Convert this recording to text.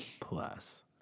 plus